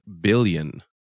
billion